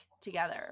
together